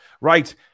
Right